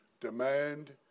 demand